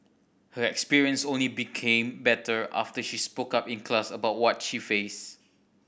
her experience only became better after she spoke up in class about what she faced